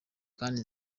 kandi